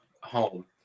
home